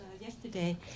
yesterday